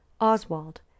Oswald